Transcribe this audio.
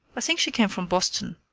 i think she came from boston.